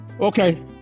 Okay